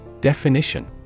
Definition